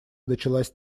началась